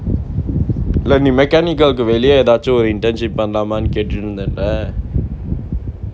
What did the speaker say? இல்ல நீ:illa nee mechanical வெளிய எதாச்சு:veliya ethaachu internship பண்லாமானு கேட்டிருந்தல:panlaamaanu kaettirunthala